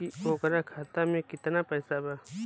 की ओकरा खाता मे कितना पैसा बा?